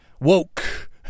woke